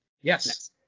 yes